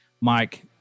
Mike